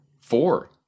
four